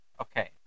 Okay